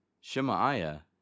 Shemaiah